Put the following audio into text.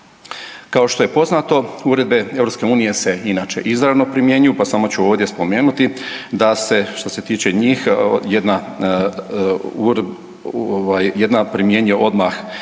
Kao što je poznato uredbe EU se inače izravno primjenjuju pa samo ću ovdje spomenuti da se što se tiče njih jedna ovaj jedna